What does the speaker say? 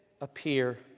appear